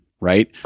right